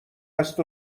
است